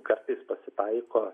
kartais pasitaiko